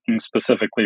specifically